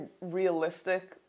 realistic